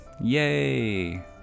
Yay